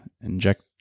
inject